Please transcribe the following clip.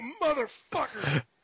motherfucker